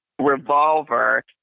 revolver